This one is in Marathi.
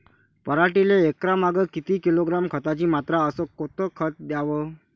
पराटीले एकरामागं किती किलोग्रॅम खताची मात्रा अस कोतं खात द्याव?